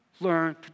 learn